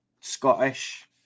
Scottish